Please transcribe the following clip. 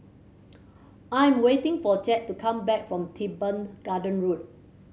I am waiting for Chet to come back from Teban Gardens Road